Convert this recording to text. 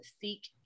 seek